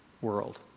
world